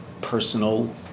personal